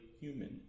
human